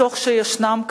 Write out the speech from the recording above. מתוך שישנם,